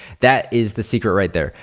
that is the secret right there.